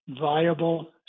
viable